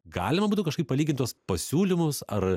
galima būtų kažkaip palygint tuos pasiūlymus ar